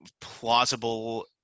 plausible